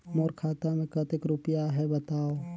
मोर खाता मे कतेक रुपिया आहे बताव?